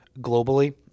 globally